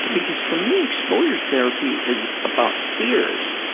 because for me, exposure therapy is about fears,